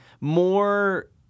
more